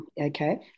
Okay